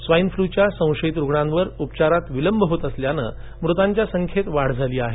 swine फ्ल्यूच्या संशयित रुग्णांवर उपचारात विलंब होत असल्यानं मृतांच्या संख्येत वाढ झाली आहे